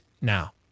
now